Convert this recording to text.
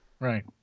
right